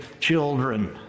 children